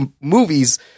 movies